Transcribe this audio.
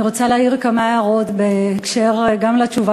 אני רוצה להעיר כמה הערות גם בקשר לתשובה